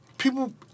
People